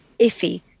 iffy